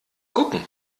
gucken